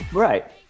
Right